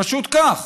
פשוט כך.